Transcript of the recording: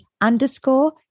underscore